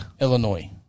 Illinois